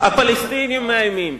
ממשלת קדימה בנתה,